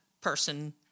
person